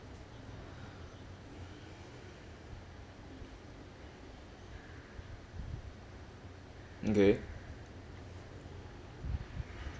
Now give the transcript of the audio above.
okay